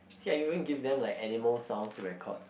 see I even give them like animal sound to record